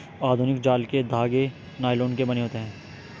आधुनिक जाल के धागे नायलोन के बने होते हैं